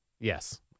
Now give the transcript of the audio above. Yes